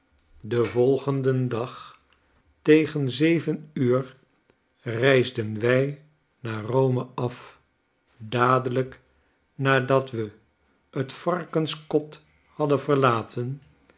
den volgenden dag ten zeven uur reisden wij naar rome af dadelijk nadat we t varkenskot hadden verlaten